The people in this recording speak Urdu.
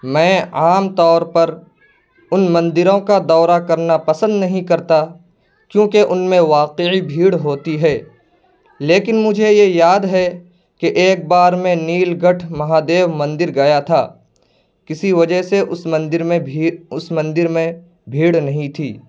میں عام طور پر ان مندروں کا دورہ کرنا پسند نہیں کرتا کیونکہ ان میں واقعی بھیڑ ہوتی ہے لیکن مجھے یہ یاد ہے کہ ایک بار میں نیل کنٹھ مہادیو مندر گیا تھا کسی وجہ سے اس مندر میں بھی اس مندر میں بھیڑ نہیں تھی